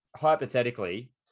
hypothetically